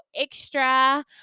extra